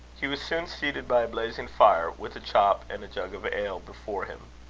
he was soon seated by a blazing fire, with a chop and a jug of ale before him.